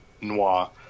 Noir